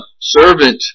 servant